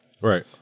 right